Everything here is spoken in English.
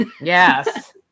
Yes